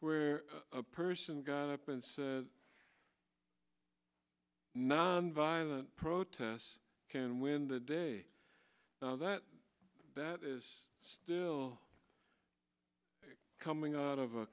where a person got up and said nonviolent protests can win the day that that is still coming out of a